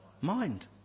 Mind